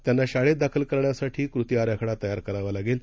त्यांना शाळेत दाखल करण्यासाठी कृती आराखडा तयार करावा लागेल